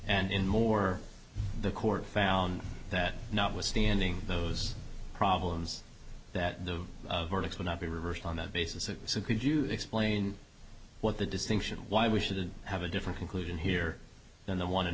and in more the court found that notwithstanding those problems that the verdict would not be reversed on that basis and so could you explain what the distinction why we shouldn't have a different conclusion here than the one and